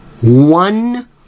one